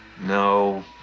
No